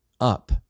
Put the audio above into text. up